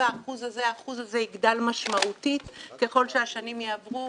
האחוז הזה האחוז הזה יגדל משמעותית ככל שהשנים יעברו.